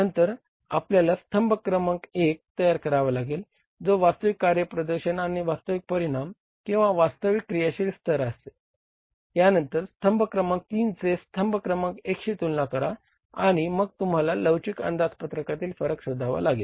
नंतर आपल्याला स्तंभ क्रमांक एक तयार करावा लागेल जो वास्तविक कार्यप्रदर्शन किंवा वास्तविक परिणाम किंवा वास्तविक क्रियाशील स्तर असेल यानंतर स्तंभ क्रमांक तीनचे स्तंभ क्रमांक एकशी तुलना करा आणि मग तुम्हाला लवचिक अंदाजपत्रकातील फरक शोधावा लागेल